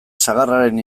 sagarraren